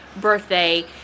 birthday